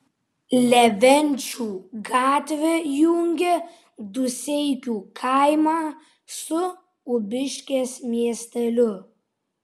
levenčių gatvė jungia dūseikių kaimą su ubiškės miesteliu